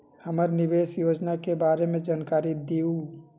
हमरा निवेस योजना के बारे में जानकारी दीउ?